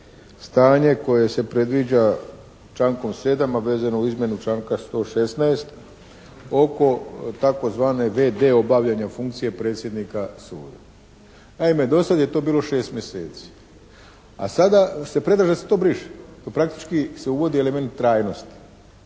stanje koje se predviđa člankom 7. a vezano uz izmjenu članka 116. oko tzv. v.d. obavljanja funkcije predsjednika suda. Naime do sada je to bilo šest mjeseci, a sada se predlaže da se to briše. To praktički se uvodi element trajnosti